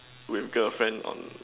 with girlfriend on